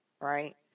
Right